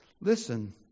Listen